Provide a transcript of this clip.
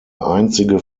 einzige